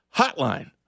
hotline